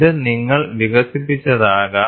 ഇത് നിങ്ങൾ വികസിപ്പിച്ചതാകാം